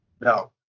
No